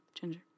Ginger